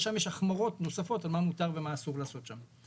ושם יש החמרות נוספות מה מותר ומה אסור לעשות שם.